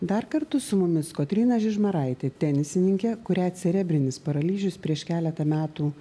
dar kartu su mumis kotryna žižmaraitė tenisininkė kurią cerebrinis paralyžius prieš keletą metų